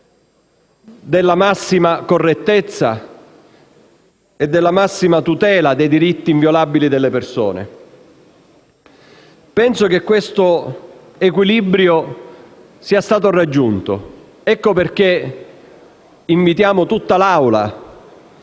della massima correttezza e della massima tutela dei diritti inviolabili delle persone. Penso che questo equilibrio sia stato raggiunto. Ecco perché invitiamo tutta l'Assemblea